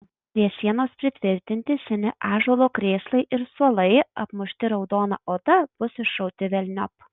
prie sienos pritvirtinti seni ąžuolo krėslai ir suolai apmušti raudona oda bus išrauti velniop